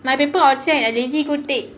my paper outside I lazy go take